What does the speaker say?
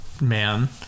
man